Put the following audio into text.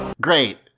Great